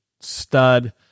stud